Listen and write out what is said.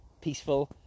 peaceful